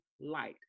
light